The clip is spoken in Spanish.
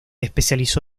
especializó